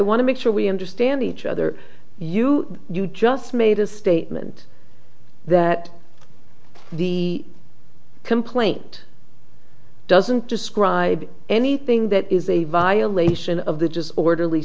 want to make sure we understand each other you you just made a statement that the complaint doesn't describe anything that is a violation of the just orderly